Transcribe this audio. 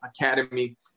academy